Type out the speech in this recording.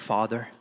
Father